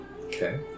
Okay